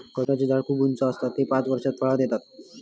खजूराचें झाड खूप उंच आसता ते पांच वर्षात फळां देतत